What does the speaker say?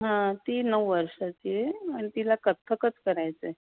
हां ती नऊ वर्षाची आहे आणि तिला कथ्थकचं करायचं आहे